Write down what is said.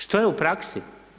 Što je u praksi?